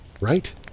right